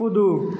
कूदू